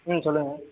ம் சொல்லுங்கள்